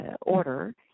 order